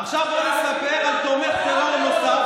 עכשיו בוא נספר על תומך טרור נוסף,